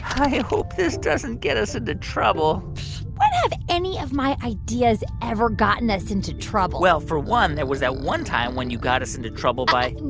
i hope this doesn't get us into trouble when have any of my ideas ever gotten us into trouble? well, for one, there was that one time when you got us into trouble by.